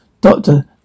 Doctor